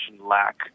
lack